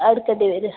അടയ്ക്കേണ്ടി വരും